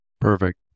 Perfect